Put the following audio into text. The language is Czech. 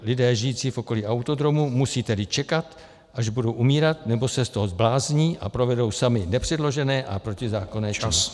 Lidé žijící v okolí autodromu musí tedy čekat, až budou umírat, nebo se z toho zblázní a provedou sami nepředložené a protizákonné činy.